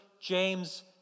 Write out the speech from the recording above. James